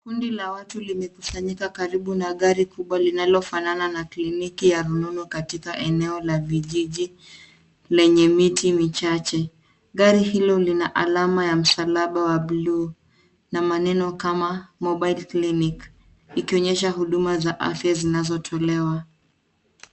Kundi la watu limekusanyika karibu na gari kubwa linalo fanana na kliniki ya rununu katika eneo la vijijini lenye miti michache. Gari hilo Lina alama ya msalaba wa bluu na maneno kama [cs ] mobile clinic [cs ] ikionyesha huduma za afya zinazotolewa